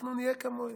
אנחנו נהיה כמוהם.